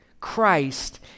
Christ